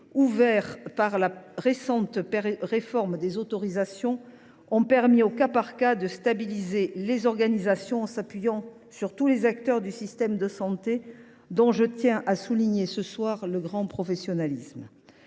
ouverts par la récente réforme des autorisations, ont permis au cas par cas de stabiliser des organisations en s’appuyant sur tous les acteurs du système de santé – je tiens d’ailleurs à souligner ce soir leur grand professionnalisme.